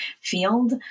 field